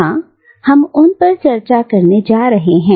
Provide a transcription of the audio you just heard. हां हम उन पर चर्चा करने जा रहे हैं